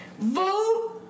vote